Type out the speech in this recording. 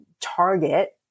target